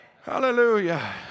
Hallelujah